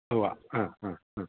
ഉവ്വ് ആ അ ആ